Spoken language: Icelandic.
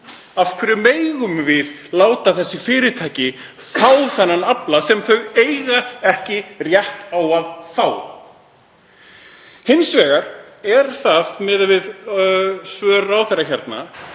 Af hverju megum við láta þessi fyrirtæki fá þennan afla sem þau eiga ekki rétt á að fá? Hins vegar: Er það, miðað við svör ráðherra,